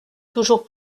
toujours